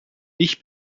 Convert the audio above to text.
ich